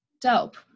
dope